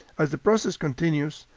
as the process continues,